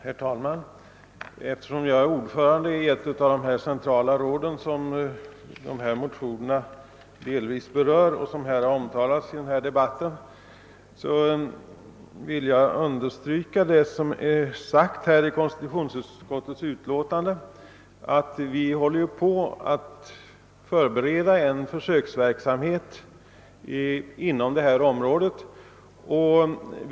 Herr talman! Eftersom jag är ordförande i ett av de centrala råd som ifrågavarande motioner delvis berör och som har omnämnts i debatten vill jag understryka vad som sagts i konstitutionsutskottets utlåtande, nämligen att förberedelser görs för en försöksverksamhet på detta område.